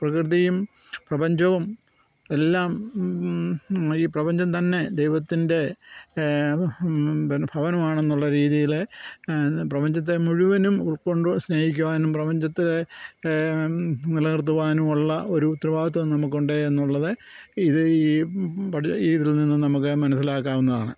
പ്രകൃതിയും പ്രപഞ്ചവും എല്ലാം ഈ പ്രപഞ്ചം തന്നെ ദൈവത്തിൻ്റെ ഭ്ന് ഭാവനമാണെന്നുള്ള രീതിയില് പ്രപഞ്ചത്തെ മുഴുവനും ഉൾക്കൊണ്ട് സ്നേഹിക്കുവാനും പ്രപഞ്ചത്തിലെ നിലനിർത്തുവാനുമുള്ള ഒരു ഉത്തരവാദിത്വം നമുക്കുണ്ട് എന്നുള്ളത് ഇത് ഈ പ് ട് ഈ ഇതിൽ നിന്ന് നമുക്ക് മനസ്സിലാക്കാവുന്നതാണ്